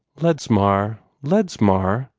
ledsmar? ledsmar?